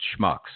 schmucks